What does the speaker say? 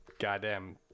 goddamn